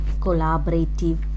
collaborative